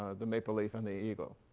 ah the maple leaf and the eagle.